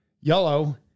yellow